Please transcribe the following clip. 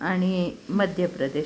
आणि मध्य प्रदेश